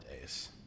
days